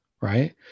right